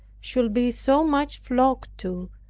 should be so much flocked to,